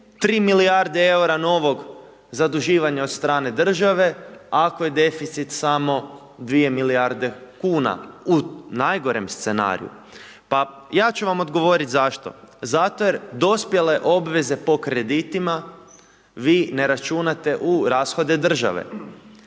3 milijarde EUR-a novog zaduživanja od strane države, ako je deficit samo 2 milijarde kuna u najgorem scenariju. Pa ja ću vam odgovoriti zašto. Zato jer dospjele obveze po kreditima vi ne računate u rashode države